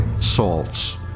salts